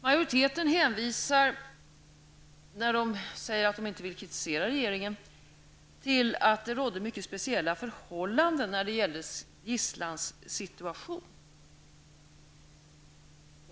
Majoriteten motiverar det faktum att man inte vill kritisera regeringen med att det rådde mycket speciella förhållanden i fråga om gisslans situation.